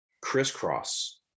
crisscross